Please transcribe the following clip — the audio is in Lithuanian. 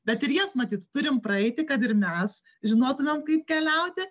bet ir jas matyt turim praeiti kad ir mes žinotumėm kaip keliauti